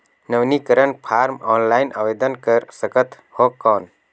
नवीनीकरण form offline आवेदन कर सकत हो कौन?